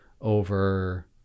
over